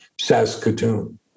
Saskatoon